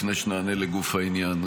לפני שנענה לגוף העניין.